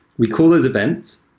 we call those events.